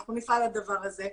נפעל ביחד.